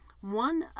One